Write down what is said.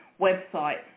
website